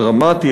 הדרמטי,